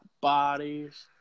bodies